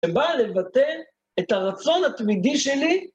זה בא לבטל את הרצון התמידי שלי